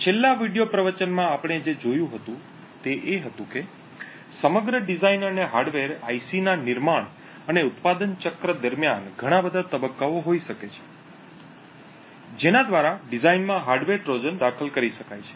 તો છેલ્લા વિડિઓ પ્રવચનમાં આપણે જે જોયું હતું તે હતું કે સમગ્ર ડિઝાઇન અને હાર્ડવેર આઈસી ના નિર્માણ અને ઉત્પાદન ચક્ર દરમ્યાન ઘણા બધા તબક્કાઓ હોઈ શકે છે જેના દ્વારા ડિઝાઇનમાં હાર્ડવેર ટ્રોજન દાખલ કરી શકાય છે